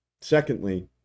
secondly